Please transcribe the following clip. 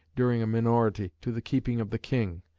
during a minority, to the keeping of the king,